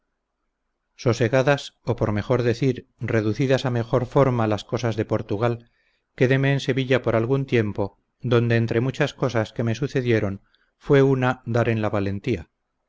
siempre sosegadas o por mejor decir reducidas a mejor forma las cosas de portugal quedéme en sevilla por algún tiempo donde entre muchas cosas que me sucedieron fue una dar en la valentía